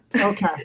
Okay